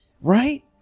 Right